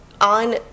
on